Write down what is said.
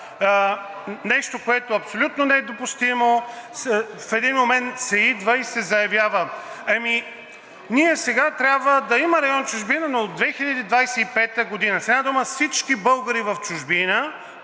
нещо, което абсолютно не е допустимо, в един момент се идва и се заявява – ами, ние сега, трябва да има район „Чужбина“, но от 2025 г. С една дума, всички българи в чужбина